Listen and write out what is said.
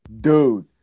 Dude